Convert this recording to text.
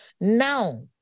Now